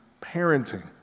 parenting